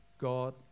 god